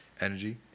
energy